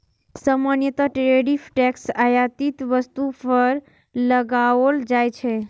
सामान्यतः tariff tax आयातित वस्तु पर लगाओल जाइ छै